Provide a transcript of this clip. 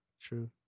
true